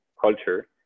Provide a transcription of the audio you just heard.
culture